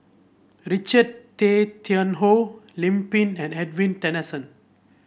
Richard Tay Tian Hoe Lim Pin and Edwin Tessensohn